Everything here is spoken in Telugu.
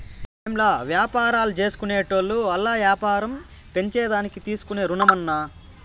ఏంలా, వ్యాపారాల్జేసుకునేటోళ్లు ఆల్ల యాపారం పెంచేదానికి తీసే రుణమన్నా